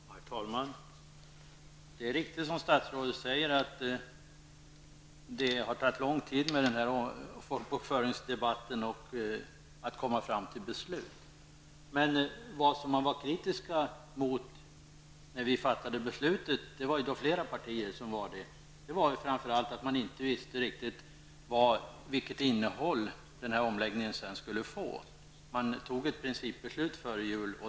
Herr talman! Det är riktigt, som statsrådet säger, att den här folkbokföringsdebatten har tagit lång tid och att det har tagit lång tid att komma fram till beslut. Det man var kritisk mot -- och det var flera partier som var kritiska -- var framför allt att man inte visste vilket innehåll den här omläggningen sedan skulle få. Man tog ett principbeslut före jul.